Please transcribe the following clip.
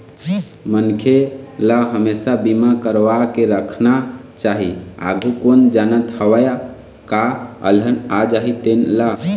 मनखे ल हमेसा बीमा करवा के राखना चाही, आघु कोन जानत हवय काय अलहन आ जाही तेन ला